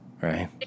right